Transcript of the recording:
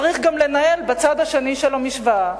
צריך גם לנהל בצד השני של המשוואה,